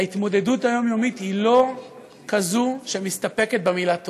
ההתמודדות היומיומית היא לא כזאת שמסתפקת במילה "תודה".